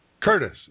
Curtis